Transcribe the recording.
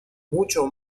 mucho